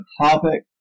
topic